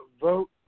vote